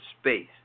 Space